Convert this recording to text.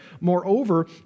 Moreover